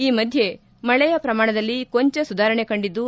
ಈ ಮಧ್ಯೆ ಮಳೆಯ ಪ್ರಮಾಣ ಕೊಂಚ ಸುಧಾರಣೆ ಕಂಡಿದ್ದು